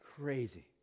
crazy